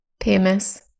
PMS